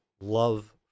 love